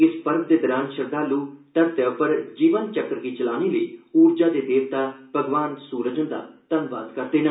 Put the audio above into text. इस पर्व दे दौरान श्रद्धाल् धरती उप्पर जीवन चक्र गी चलाने लेई उर्जा दे देवता भगवान सूरज हंदा धन्नवाद करदे न